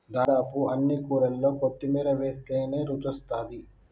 దాదాపు అన్ని కూరల్లో కొత్తిమీర వేస్టనే రుచొస్తాది